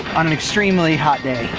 on an extremely hot day.